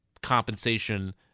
compensation